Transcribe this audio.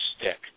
stick